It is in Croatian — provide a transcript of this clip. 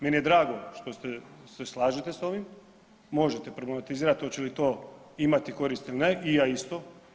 Meni je drago što ste, se slažete s ovim, možete problematizirati hoće li to imati koristi ili ne i ja isto.